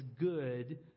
good